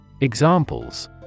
Examples